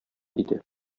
иде